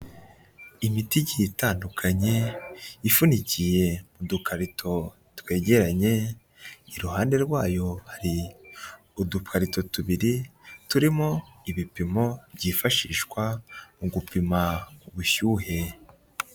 Imiti igiye itandukanye, ipfunyikiye mu dukarito twegeranye, iruhande rwayo hari uduparito tubiri turimo ibipimo byifashishwa mu gupima ubushyuhe.